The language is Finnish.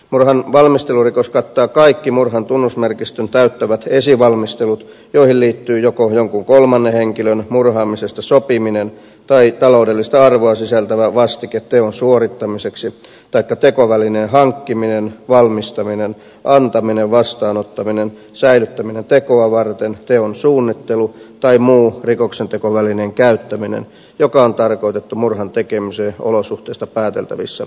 murhan valmistelurikos kattaa kaikki murhan tunnusmerkistön täyttämät esivalmistelut joihin liittyy joko jonkun kolmannen henkilön murhaamisesta sopiminen tai taloudellista arvoa sisältävä vastike teon suorittamiseksi taikka tekovälineen hankkiminen valmistaminen antaminen vastaanottaminen säilyttäminen tekoa varten teon suunnittelu tai muu rikoksentekovälineen käyttäminen joka on tarkoitettu murhan tekemiseen olosuhteista pääteltävissä olevalla tavalla